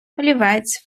олівець